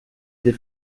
des